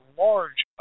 large